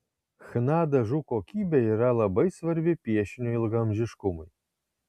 chna dažų kokybė yra labai svarbi piešinio ilgaamžiškumui